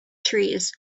trees